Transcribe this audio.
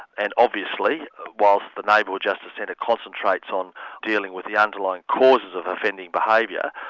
and obviously whilst the neighbourhood justice centre concentrates on dealing with the underlying causes of offending behaviour,